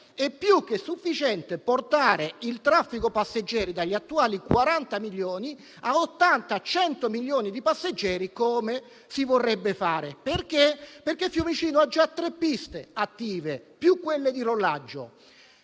è più che sufficiente portare il traffico dagli attuali 40 milioni a 80-100 milioni di passeggeri, come si vorrebbe fare, in quanto Fiumicino ha già tre piste attive, oltre a quelle di rollaggio.